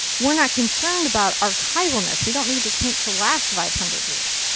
we're not concerned about archivalness. we don't need this paint to last five hundred years.